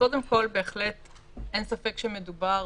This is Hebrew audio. קודם כול, בהחלט אין ספק שמדובר